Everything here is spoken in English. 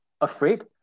afraid